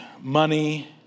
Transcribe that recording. money